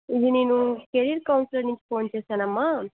ఇది నేను career counsellor నుంచి ఫోన్ చేశానమ్మ